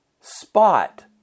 spot